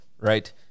right